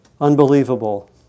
Unbelievable